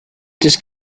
this